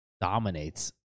dominates